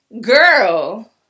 girl